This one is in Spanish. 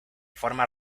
forma